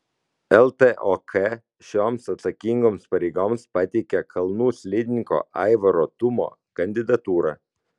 ltok šioms atsakingoms pareigoms pateikė kalnų slidininko aivaro tumo kandidatūrą